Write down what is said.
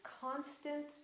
constant